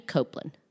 Copeland